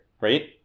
right